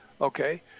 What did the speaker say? Okay